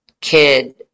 kid